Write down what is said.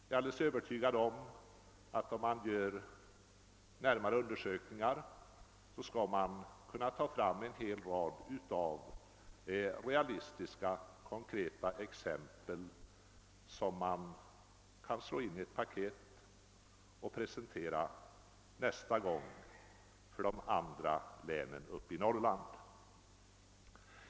Jag är alldeles övertygad om att man om man gör närmare undersökningar skall kunna ta fram en hel rad realistiska och konkreta exempel som kan slås in i ett paket och presenteras nästa gång för de andra länen i Norrland.